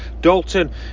Dalton